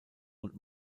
und